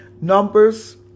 Numbers